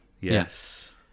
Yes